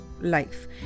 life